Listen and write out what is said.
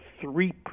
three